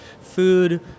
food